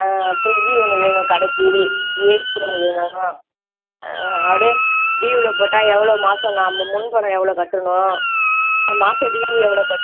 ஆ fridge ஒன்று வேணும் கடைக்கு ஏசி ஒன்று வேணும் ஆ அப்பிடியே ட்யூவில் போட்டால் எவ்ளோ மாதம் நாம்ப முன்பணம் எவ்வளோ கட்டணும் மாதம் ட்யூவு எவ்வளோ கட்டணும்